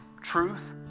truth